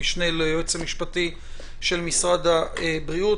המשנה ליועץ המשפטי של משרד הבריאות.